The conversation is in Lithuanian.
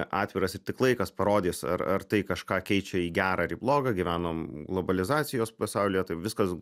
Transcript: atviras ir tik laikas parodys ar ar tai kažką keičia į gerą ar į blogą gyvenam globalizacijos pasaulyje tai viskas